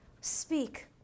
Speak